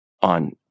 on